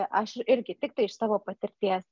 aš irgi tiktai iš savo patirties